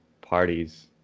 parties